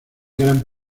gran